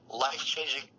life-changing